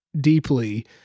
deeply